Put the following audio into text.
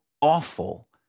awful